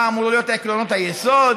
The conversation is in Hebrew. מה אמורים להיות עקרונות היסוד.